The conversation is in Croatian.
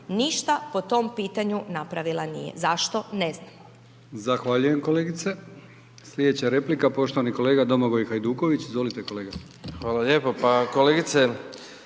Ništa po tom pitanju napravila nije. Zašto? Ne znam.